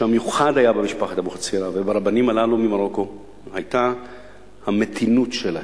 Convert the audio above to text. שהמיוחד במשפחת אבוחצירא וברבנים הללו ממרוקו היה המתינות שלהם,